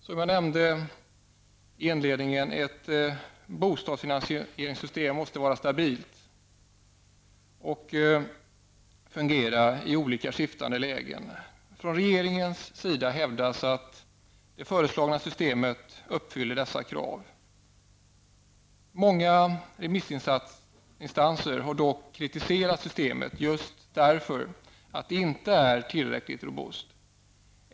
Som jag inledningsvis sade måste ett bostadsfinansieringssystem vara stabilt och fungera i skiftande lägen. Från regeringens sida hävdas att det föreslagna systemet uppfyller dessa krav. Många remissinstanser har dock kritiserat systemet just därför att det inte är tillräckligt robust.